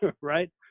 Right